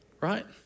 right